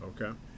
okay